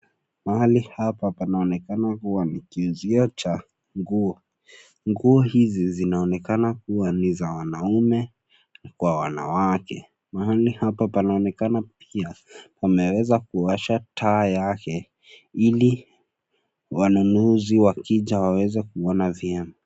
Mahali hapa panaonekana huwa ni kiuzio cha nguo. Nguo hizi zinaonekana kuwa ni za wanaume kwa wanawake. Mahali hapa panaonekana pia wameweza kuwasha taa yake ili wanunuzi wakija waweze kuona vyema.